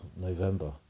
November